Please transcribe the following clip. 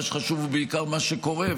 מה שחשוב הוא בעיקר מה שקורה.